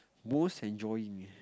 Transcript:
most enjoying